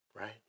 Right